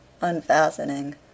unfastening